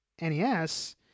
NES